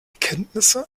kenntnisse